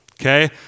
Okay